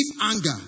anger